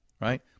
Right